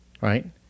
Right